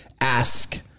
ask